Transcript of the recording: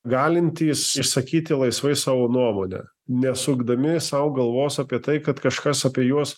galintys išsakyti laisvai savo nuomonę nesukdami sau galvos apie tai kad kažkas apie juos